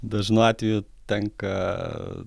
dažnu atveju tenka